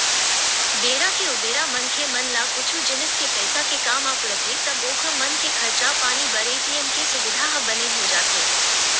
बेरा के उबेरा मनखे मन ला कुछु जिनिस के पइसा के काम आ पड़थे तब ओखर मन के खरचा पानी बर ए.टी.एम के सुबिधा ह बने हो जाथे